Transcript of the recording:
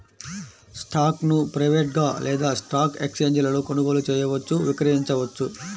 స్టాక్ను ప్రైవేట్గా లేదా స్టాక్ ఎక్స్ఛేంజీలలో కొనుగోలు చేయవచ్చు, విక్రయించవచ్చు